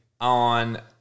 on